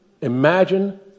imagine